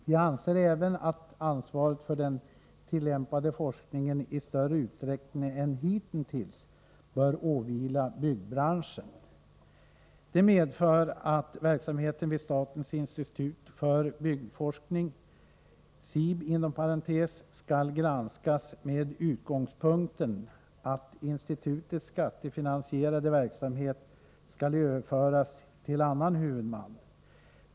Vi anser även att ansvaret för den tillämpade forskningen i större utsträckning än hittills bör åvila byggbranschen. Det medför att verksamheten vid statens institut för byggforskning skall granskas med utgångspunkten att institutets skattefinansierade verksamhet skall överföras till annan huvudman.